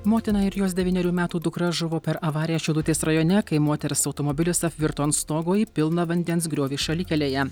motina ir jos devynerių metų dukra žuvo per avariją šilutės rajone kai moters automobilis apvirto ant stogo į pilną vandens griovį šalikelėje